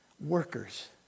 Workers